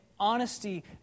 Honesty